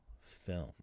film